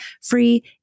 free